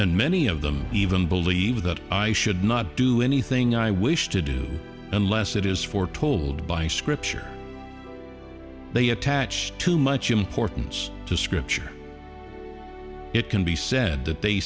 and many of them even believe that i should not do anything i wish to do unless it is foretold by scripture they attach too much importance to scripture it can be said that they